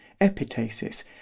epitasis